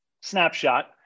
snapshot